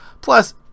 plus